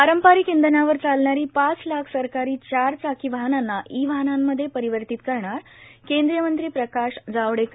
पारंपारिक इंधनावर चालणारी पाच लाख सरकारी चार चाकी वाहनांना ई वाहनांमध्ये परिवर्तीत करणार केंद्रीय मंत्री प्रकाश जावडेकर